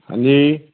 ਹਾਂਜੀ